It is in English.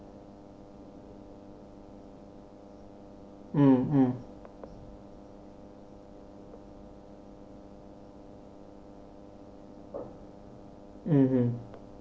hmm